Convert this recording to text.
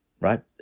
right